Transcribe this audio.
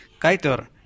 Kaitor